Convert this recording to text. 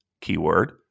keyword